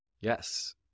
yes